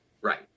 right